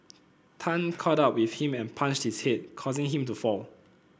Tan caught up with him and punched his head causing him to fall